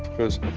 because